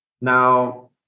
Now